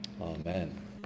Amen